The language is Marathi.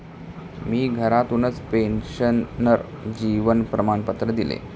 मी घरातूनच पेन्शनर जीवन प्रमाणपत्र दिले